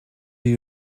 you